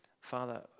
Father